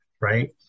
right